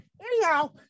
Anyhow